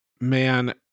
man